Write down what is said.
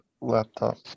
laptop